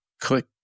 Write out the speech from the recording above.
click